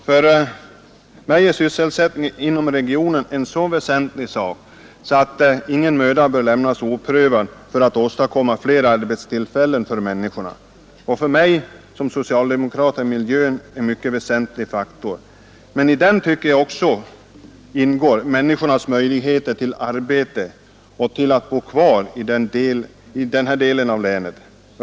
För mig ä ingen möjlighet bör lämna sättningen inom regionen en så väsentlig sak, att oprövad för att åstadkomma fler arbetstillfällen för människorna. För mig som socialdemokrat är miljön en mycket vä ntlig faktor, men i den tycker jag också ingår människornas ligheter till arbete och till att bo kvar i denna del av länet.